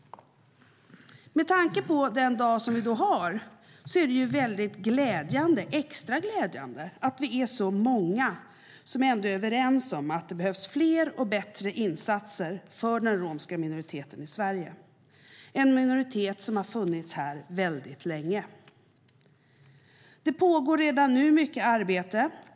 Med tanke på den dag som det är i dag är det extra glädjande att vi är så många som är överens om att det behövs fler och bättre insatser för den romska minoriteten i Sverige, en minoritet som har funnits här väldigt länge. Det pågår redan nu mycket arbete.